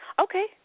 Okay